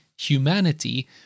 humanity